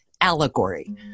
allegory